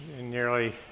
nearly